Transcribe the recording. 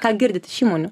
ką girdit iš įmonių